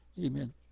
Amen